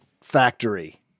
Factory